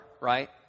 right